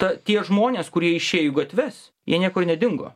ta tie žmonės kurie išėjo į gatves jie niekur nedingo